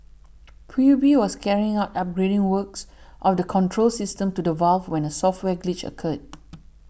P U B was carrying out upgrading works of the control system to the valve when a software glitch occurred